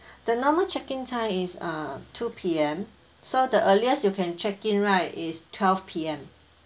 the normal check in time is uh two P_M so the earliest you can check in right is twelve P_M